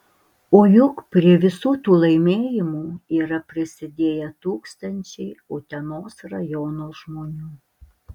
o juk prie visų tų laimėjimų yra prisidėję tūkstančiai utenos rajono žmonių